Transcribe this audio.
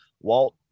Walt